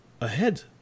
ahead